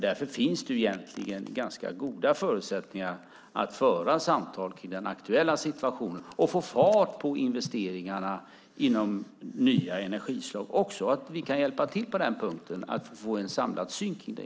Därför finns det egentligen ganska goda förutsättningar att föra samtal om den aktuella situationen och få fart på investeringarna i nya energislag så att vi kan hjälpa till på den punkten med en samlad syn på det.